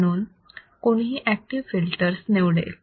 म्हणून कोणीही active filters निवडेल